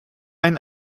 ein